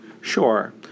Sure